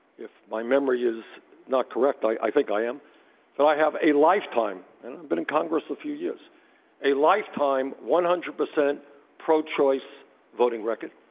if my memory is not correct i i think i am that i have a lifetime and i've been in congress a few years a lifetime one hundred percent pro-choice voting record.